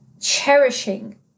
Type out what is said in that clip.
cherishing